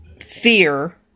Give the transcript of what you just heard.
fear